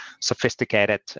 sophisticated